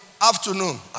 afternoon